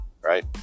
right